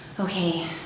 okay